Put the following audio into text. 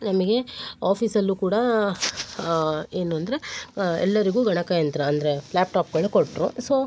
ನಮಗೆ ಆಫೀಸಲ್ಲೂ ಕೂಡ ಏನು ಅಂದರೆ ಎಲ್ಲರಿಗೂ ಗಣಕಯಂತ್ರ ಅಂದರೆ ಲ್ಯಾಪ್ಟಾಪ್ಗಳು ಕೊಟ್ಟರು ಸೊ